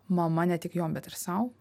mama ne tik jom bet ir sau